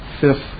fifth